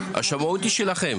השמאות היא שלכם.